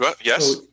Yes